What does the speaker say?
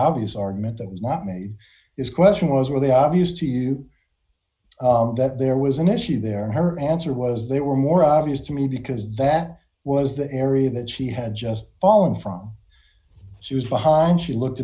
obvious argument that was not made his question was where the obvious to you that there was an issue there her answer was they were more obvious to me because that was the area that she had just fallen from she was behind she looked